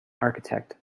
architect